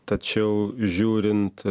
tačiau žiūrint